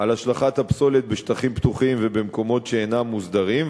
על השלכת הפסולת בשטחים פתוחים ובמקומות שאינם מוסדרים,